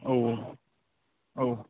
औ औ औ